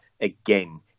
again